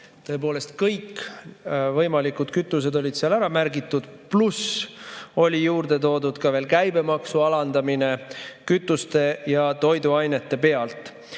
Tõepoolest, kõik võimalikud kütused olid seal ära märgitud, pluss oli juurde toodud käibemaksu alandamine kütuste ja toiduainete pealt.